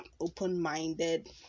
open-minded